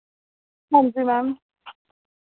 हांजी मैम